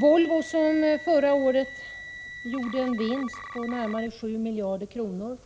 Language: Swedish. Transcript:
Volvo, som förra året gjorde en vinst på närmare 7 miljarder kronor